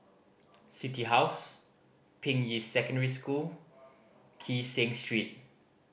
City House Ping Yi Secondary School Kee Seng Street